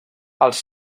els